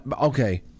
Okay